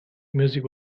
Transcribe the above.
music